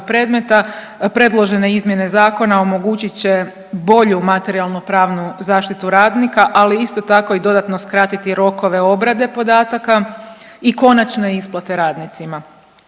predmeta, predložene izmjene zakona omogućit će bolju materijalno-pravnu zaštitu radnika, ali isto tako i dodatno skratiti rokove obrade podataka i konačne isplate radnicima.